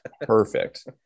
perfect